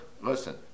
listen